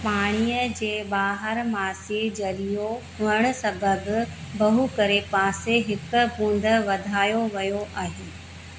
पाणीअ जे ॿाहिरि मासी ज़रीयो हुअण सबबु वहुकरे पासे हिकु बूंद वधायो वियो आहे